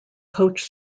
coach